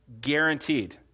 Guaranteed